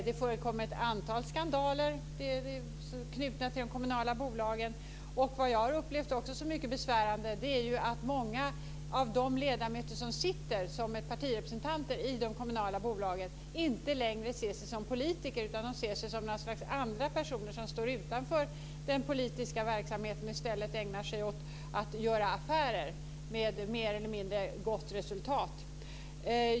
Det förekommer ett antal skandaler knutna till de kommunala bolagen. Vad jag också har upplevt som mycket besvärande är ju att många av de ledamöter som sitter som partirepresentanter i de kommunala bolagen inte längre ser sig som politiker. De ser sig något annat slags personer, som står utanför den politiska verksamheten och i stället ägnar sig åt att göra affärer med mer eller mindre gott resultat.